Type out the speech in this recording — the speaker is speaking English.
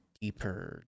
deeper